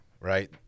right